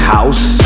House